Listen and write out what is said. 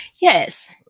Yes